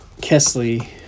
Kesley